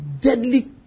deadly